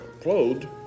clothed